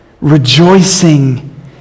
Rejoicing